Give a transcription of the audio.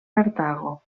cartago